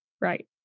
Right